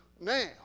now